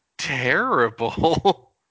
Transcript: terrible